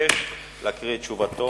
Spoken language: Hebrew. דומה אירע לפני חודשים מספר.